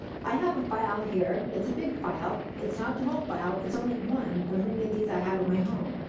i have a file here. it's a big file. it's not the whole file. it's only one of many of these i have at my home,